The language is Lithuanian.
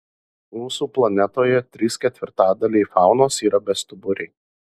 mūsų planetoje trys ketvirtadaliai faunos yra bestuburiai